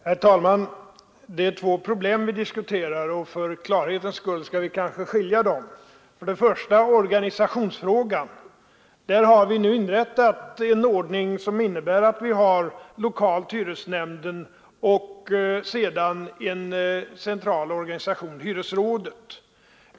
Herr talman! Det är två problem vi diskuterar, och för klarhetens skull skall vi kanske skilja dem åt. För det första är det organisationsfrågan. Vi har nu upprättat en ordning som innebär att vi har hyresnämnden lokalt och sedan en central organisation, hyresrådet.